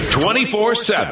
24-7